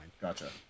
gotcha